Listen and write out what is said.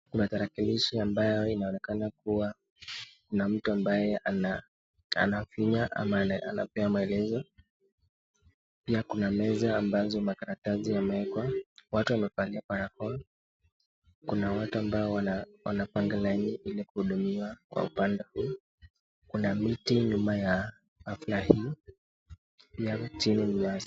Kuna tarakilishi ambayo inaonekana kuwa kuna mtu ambaye anafinya ama anapewa maelezo. Pia kuna meza ambazo makaratasi yameekwa. Watu wamevalia barakoa. Kuna watu ambao wanapanga laini ili kuhudumiwa kwa upande huu. Kuna miti nyuma ya hafla hii.